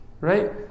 right